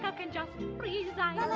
um can just resign!